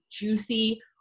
juicy